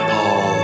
Paul